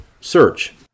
search